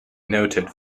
noted